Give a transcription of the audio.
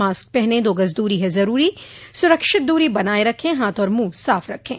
mask पहनें दो गज़ दूरी है ज़रूरी सुरक्षित दूरी बनाए रखें हाथ और मुंह साफ रखें